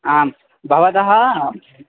आं भवतः